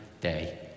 day